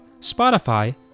Spotify